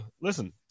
listen